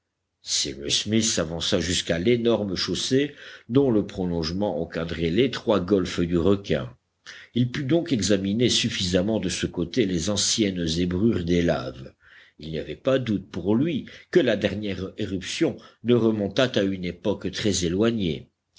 cyrus smith s'avança jusqu'à l'énorme chaussée dont le prolongement encadrait l'étroit golfe du requin il put donc examiner suffisamment de ce côté les anciennes zébrures des laves il n'y avait pas doute pour lui que la dernière éruption ne remontât à une époque très éloignée